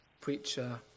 preacher